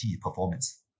performance